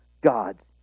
God's